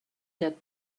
that